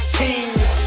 kings